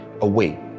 away